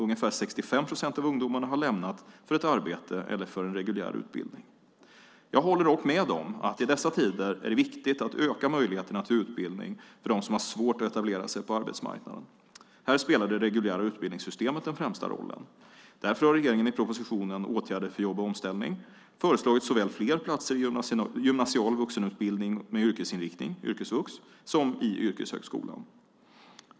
Ungefär 65 procent av ungdomarna har lämnat garantin för ett arbete eller för en reguljär utbildning. Jag håller dock med om att det i dessa tider är viktigt att öka möjligheterna till utbildning för dem som har svårt att etablera sig på arbetsmarknaden. Här spelar det reguljära utbildningssystemet den främsta rollen. Därför har regeringen i propositionen Åtgärder för jobb och omställning föreslagit flera platser såväl i gymnasial vuxenutbildning med yrkesinriktning, yrkesvux, som i yrkeshögskolan.